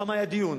שם היה דיון.